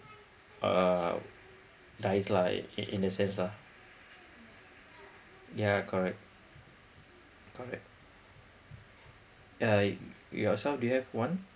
uh dies lah in in the sense lah yeah correct correct yeah yourself do you have one